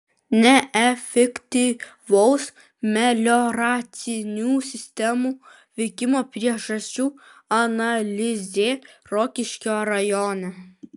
neefektyvaus melioracinių sistemų veikimo priežasčių analizė rokiškio rajone